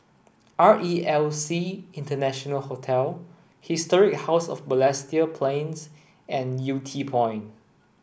R E L C International Hotel Historic House of Balestier Plains and Yew Tee Point